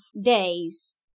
days